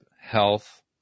health